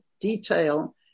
detail